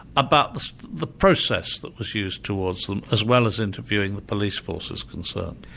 about the the process that was used towards them, as well as interviewing the police forces concerned.